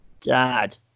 dad